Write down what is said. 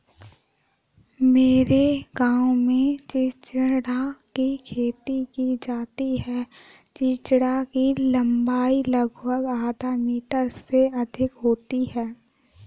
मेरे गांव में चिचिण्डा की खेती की जाती है चिचिण्डा की लंबाई लगभग आधा मीटर से अधिक होती है